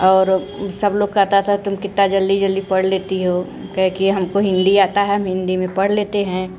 और सब लोग कहते थे तुम कितना जल्दी जल्दी पढ़ लेती हो कहे कि हमको हिंदी आता है हम हिंदी में पढ़ लेते हैं